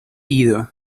ido